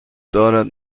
دارد